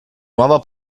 nuovo